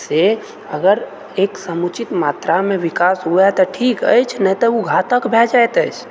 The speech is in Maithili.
से अगर एक समुचित मात्रामे विकास हुए तऽ ठीक अछि नहि तऽ ओ घातक भए जाइत अछि